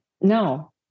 No